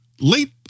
Late